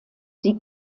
die